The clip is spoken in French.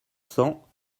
cents